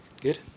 Good